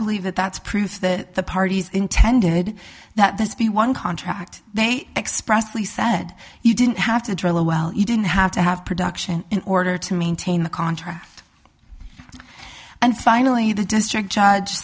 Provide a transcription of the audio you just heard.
believe that that's proof that the parties intended that this be one contract they expressly said you didn't have to drill a well you didn't have to have production in order to maintain the contract and finally the district judge